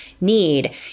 need